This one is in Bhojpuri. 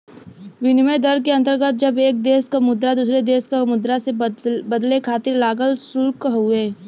विनिमय दर के अंतर्गत जब एक देश क मुद्रा दूसरे देश क मुद्रा से बदले खातिर लागल शुल्क हउवे